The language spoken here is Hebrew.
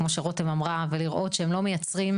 כמו שרותם אמרה, ולראות שהם לא מייצרים